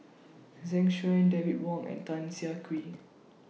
Zeng Shouyin David Wong and Tan Siah Kwee